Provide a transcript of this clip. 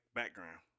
background